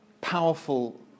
powerful